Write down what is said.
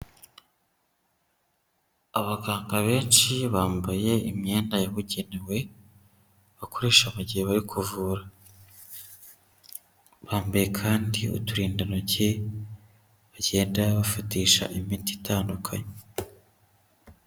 Abaganga benshi bambaye imyenda yabugenewe, bakoresha mu gihe bari kuvura. Bambaye kandi uturindantoki, bagenda bafatisha imiti itandukanye.